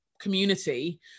community